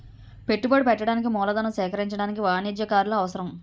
పెట్టుబడి పెట్టడానికి మూలధనం సేకరించడానికి వాణిజ్యకారులు అవసరం